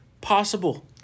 Possible